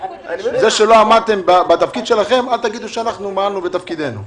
זה שלא עמדתם בתפקיד שלכם אל תגידו שאנחנו מעלנו בתפקידנו.